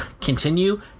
continue